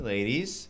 Ladies